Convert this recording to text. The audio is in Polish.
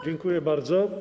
Dziękuję bardzo.